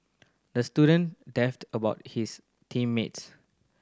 the student about his team mates